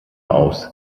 aus